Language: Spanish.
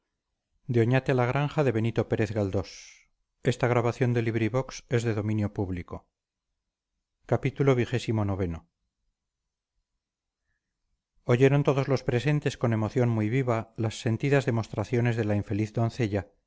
oyeron todos los presentes con emoción muy viva las sentidas demostraciones de la infeliz doncella